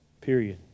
period